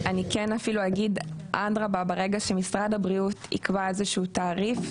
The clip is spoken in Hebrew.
אני גם אגיד אדרבה ברגע שמשרד הבריאות יקבע איזשהו תעריף,